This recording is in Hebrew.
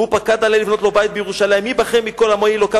והוא פקד עליהם לבנות לו בית בירושלים: מי בכם מכל עמו יהי אלוקיו